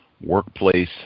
workplace